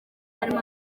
harimo